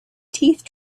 teeth